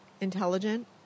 intelligent